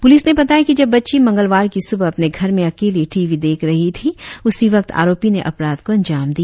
police ने बताया कि जब बच्ची मंगलवार की सूबह अपने घर में अकेली टी वी देख रही थी उसी वक्त आरोपी ने अपराध को अंजाम दिया